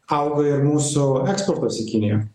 auga ir mūsų eksportas į kiniją